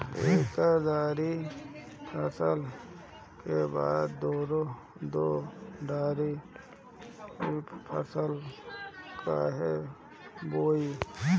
एक दाली फसल के बाद दो डाली फसल काहे बोई?